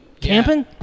camping